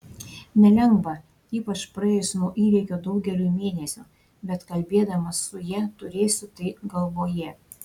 nelengva ypač praėjus nuo įvykio daugeliui mėnesių bet kalbėdamas su ja turėsiu tai galvoje